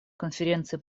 конференции